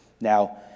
Now